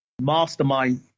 Mastermind